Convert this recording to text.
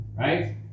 Right